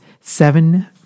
seven